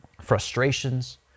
frustrations